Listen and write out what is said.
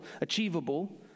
achievable